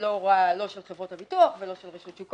לא הוראה של חברות הביטוח ולא של רשות שוק